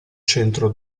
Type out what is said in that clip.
centro